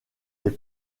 les